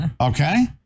Okay